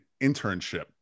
internship